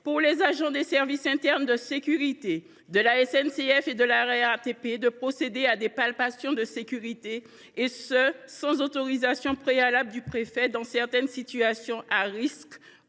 pour les agents des services internes de sécurité de la SNCF et de la RATP, de procéder à des palpations de sécurité sans autorisation préalable du préfet, dans certaines situations